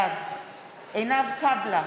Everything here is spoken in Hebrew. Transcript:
בעד עינב קאבלה,